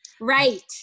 Right